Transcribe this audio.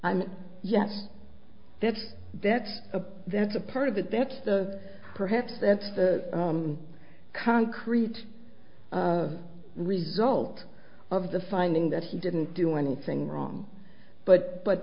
i mean yes that's that's a that's a part of it that's the perhaps that's the concrete result of the finding that he didn't do anything wrong but but